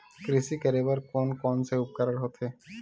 कृषि करेबर कोन कौन से उपकरण होथे?